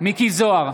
מכלוף מיקי זוהר,